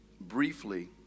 briefly